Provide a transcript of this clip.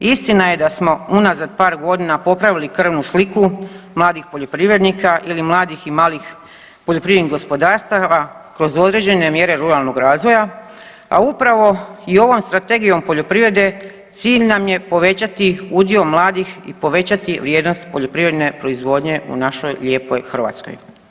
Istina je da smo unazad par godina popravili krvnu sliku mladih poljoprivrednika ili mladih i malih poljoprivrednih gospodarstava kroz određene mjere ruralnog razvoja, a upravo i ovom Strategijom poljoprivrede cilj nam je povećati udio mladih i povećati vrijednost poljoprivredne proizvodnje u našoj lijepoj Hrvatskoj.